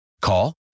Call